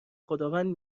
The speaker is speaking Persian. خداوند